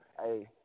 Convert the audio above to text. hey